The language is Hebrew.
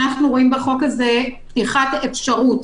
אנחנו רואים בחוק הזה את פתיחת האפשרות